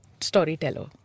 storyteller